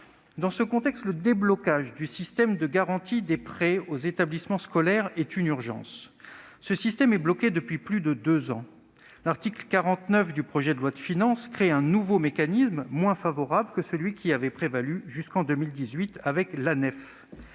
Dans ce contexte, le déblocage du système de garantie des prêts aux établissements scolaires est une urgence. Ce système est bloqué depuis plus de deux ans. L'article 48 de ce projet de loi de finances crée un nouveau mécanisme, moins favorable que celui qui avait prévalu jusqu'en 2018 autour